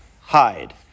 hide